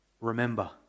Remember